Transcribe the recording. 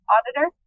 Auditor